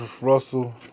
Russell